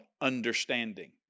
understanding